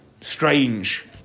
strange